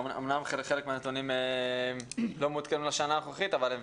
אמנם חלק מהנתונים לא מעודכנים לשנה הנוכחית אבל הם